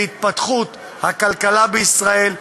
להתפתחות הכלכלה בישראל,